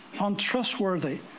untrustworthy